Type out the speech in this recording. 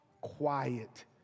quiet